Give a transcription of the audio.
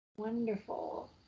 Wonderful